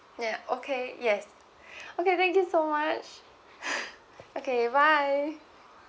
ya okay yes okay thank you so much okay bye